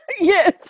Yes